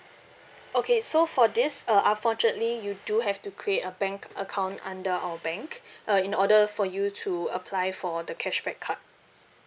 okay so for this uh unfortunately you do have to create a bank account under our bank uh in order for you to apply for the cashback card